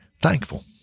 thankful